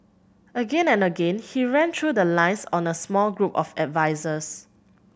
again and again he ran through the lines on a small group of advisers